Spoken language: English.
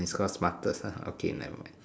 it's cause smartest ah okay nevermind